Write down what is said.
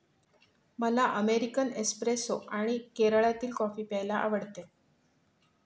मला American espresso आणि केरळातील कॉफी प्यायला आवडते